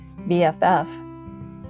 BFF